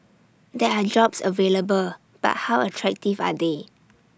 there are jobs available but how attractive are they